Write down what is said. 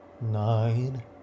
nine